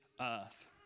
earth